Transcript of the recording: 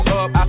up